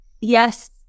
yes